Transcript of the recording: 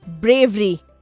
Bravery